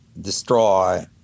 destroy